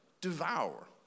devour